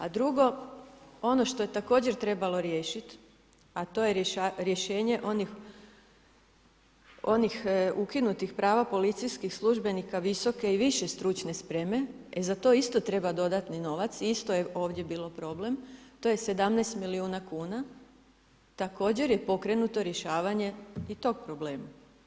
A drugo, ono što je također trebalo riješiti a to je rješenje onih ukinutih prava policijskih službenika visoke i više stručne spreme, e za to isto treba dodatni novac, isto je ovdje bio problem, to je 17 milijuna kuna, također je pokrenuto rješavanje i tog problema.